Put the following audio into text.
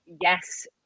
yes